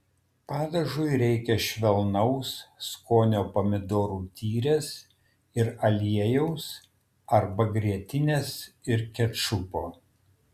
padažui reikia švelnaus skonio pomidorų tyrės ir aliejaus arba grietinės ir kečupo